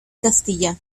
castilla